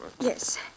Yes